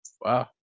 Wow